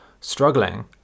struggling